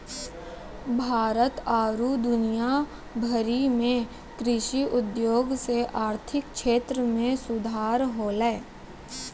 भारत आरु दुनिया भरि मे कृषि उद्योग से आर्थिक क्षेत्र मे सुधार होलै